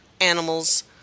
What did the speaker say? animals